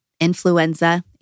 influenza